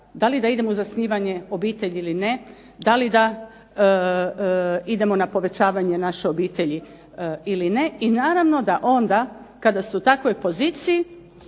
da li da idemo na zasnivanje obitelji ili ne, da li da idemo na povećavanje naše obitelji ili ne i naravno da onda kada su u takvoj poziciji